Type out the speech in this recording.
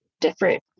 different